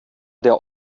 der